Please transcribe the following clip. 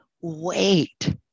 wait